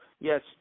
Yes